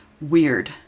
Weird